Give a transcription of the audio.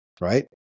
right